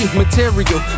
material